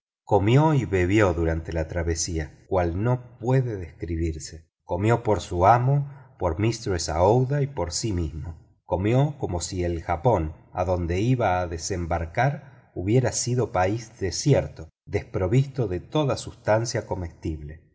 comió y bebió durante la travesía cual no puede describirse comió por su amo por mistress aouida y por sí mismo comió como si el japón adonde iba a desembarcar hubiera sido país desierto desprovisto de toda substancia comestible